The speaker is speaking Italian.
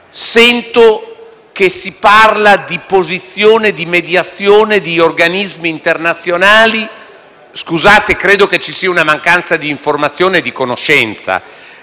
Sento che si parla di posizione di mediazione di organismi internazionali. Scusate, credo che ci sia una mancanza di informazione e di conoscenza.